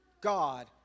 God